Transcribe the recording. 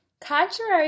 Contrary